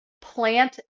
plant